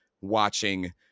watching